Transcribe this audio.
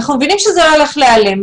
אנחנו מבינים שזה לא הולך להיעלם,